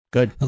Good